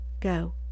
go